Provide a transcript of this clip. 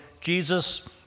Jesus